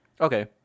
Okay